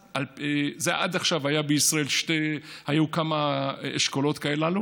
עד עכשיו היו בישראל כמה אשכולות כאלה,